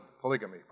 polygamy